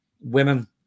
women